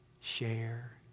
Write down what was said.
share